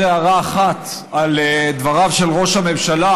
הערה אחת על דבריו של ראש הממשלה,